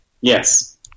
Yes